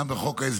גם בחוק ההסדרים